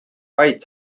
vaid